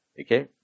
Okay